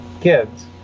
kids